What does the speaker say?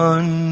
One